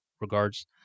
regards